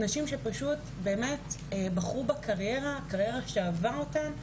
נשים שבאמת בחרו בקריירה שאהבה אותן,